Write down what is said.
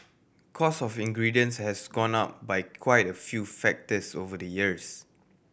cost of ingredients has gone up by quite a few factors over the years